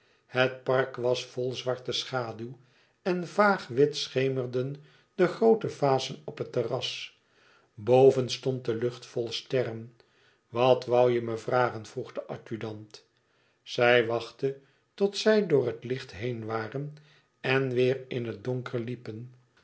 het park was vol zwarte schaduw en vaag wit schemerden de groote vazen op het terras boven stond de lucht vol sterren wat woû je me vragen vroeg de adjudant zij wachtte tot zij door het licht heen waren en weêr in het donker liepen